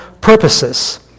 purposes